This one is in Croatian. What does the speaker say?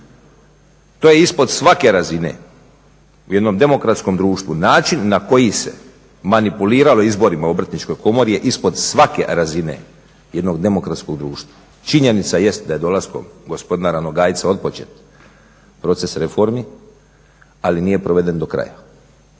to je ispod svake razine, u jednom demokratskom društvu način na koji se manipuliralo izborima u Obrtničkoj komori je ispod svake razine jednog demokratskog društva. Činjenica jest da je dolaskom gospodina Ranogajca otpočet proces reformi, ali nije proveden do kraja